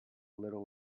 little